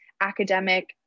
academic